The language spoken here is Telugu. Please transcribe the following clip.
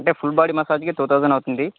అంటే ఫుల్ బాడీ మసాజ్కి టూ థౌజండ్ అవుతుంది